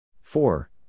four